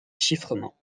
chiffrement